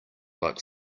like